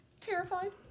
terrified